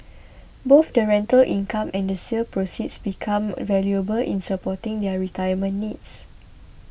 both the rental income and the sale proceeds become valuable in supporting their retirement needs